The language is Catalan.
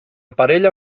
parella